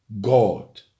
God